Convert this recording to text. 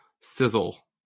sizzle